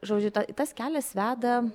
žodžiu ta tas kelias veda